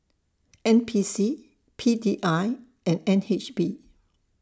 N P C P D I and N H B